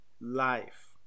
life